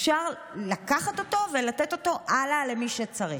אפשר לקחת אותו ולתת אותו הלאה למי שצריך.